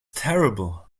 terrible